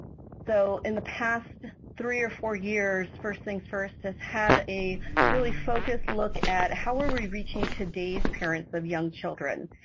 so in the past three or four years, first things first has had a really focused look at how are we reaching today's parents of young children?